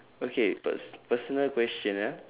okay pers~ personal question ah